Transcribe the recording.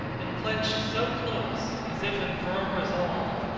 and clinched so close, as if in firm resolve,